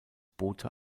bote